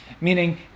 Meaning